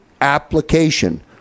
application